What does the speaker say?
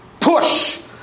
push